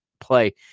play